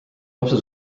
lapse